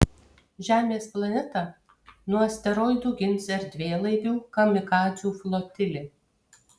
žemės planetą nuo asteroidų gins erdvėlaivių kamikadzių flotilė